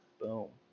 Boom